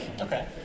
Okay